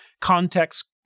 context